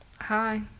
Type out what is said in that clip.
Hi